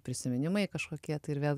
prisiminimai kažkokie tai ir vėl